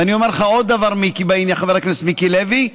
ואני אומר לך עוד דבר, חבר הכנסת מיקי לוי,